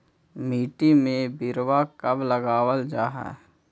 मिट्टी में बिरवा कब लगावल जा हई?